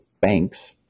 banks